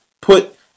put